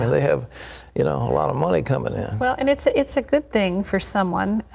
and they have you know a lot of money coming in. well, and it's ah it's a good thing for someone.